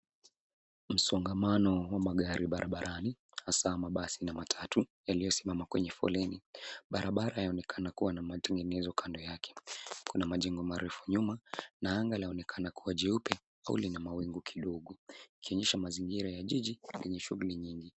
Msongamano wa magari barabarani hasa mabasi na matatu yaliyo simama kwenye foleni. Barabara yaonekana kuwa na matengenezo kando yake. Kuna majengo marefu nyuma na anga laonekana kuwa jeupe au lina mawingu kidogo likionyesha mazingira ya jiji yenye shughuli nyingi.